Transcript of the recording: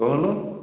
କହୁନୁ